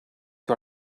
you